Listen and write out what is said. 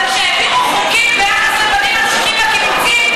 אבל כשהעבירו חוקים ביחס לבתים בקיבוצים,